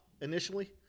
initially